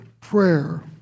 prayer